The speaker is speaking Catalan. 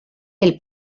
del